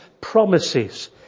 promises